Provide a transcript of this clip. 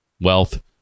wealth